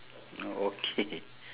okay